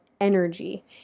energy